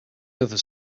others